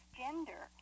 gender